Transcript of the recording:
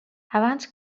abans